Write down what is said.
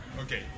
Okay